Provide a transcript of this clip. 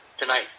tonight